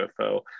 ufo